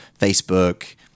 Facebook